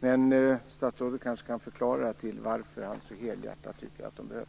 Men statsrådet kanske kan förklara varför han så helhjärtat tycker att de behövs.